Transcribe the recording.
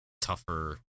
tougher